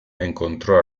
encontró